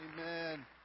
Amen